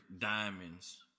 diamonds